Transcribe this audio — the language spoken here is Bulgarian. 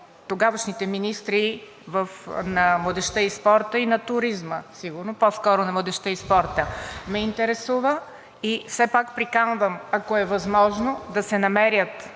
тогавашните министри на младежта и спорта и на туризма, по-скоро на младежта и спорта ме интересува. Все пак приканвам, ако е възможно, да се намерят